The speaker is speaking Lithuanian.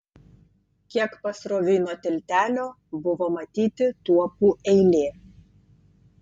kiek pasroviui nuo tiltelio buvo matyti tuopų eilė